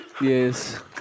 Yes